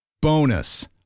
Bonus